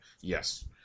Yes